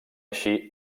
així